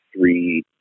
three